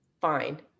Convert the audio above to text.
fine